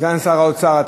סגן שר האוצר,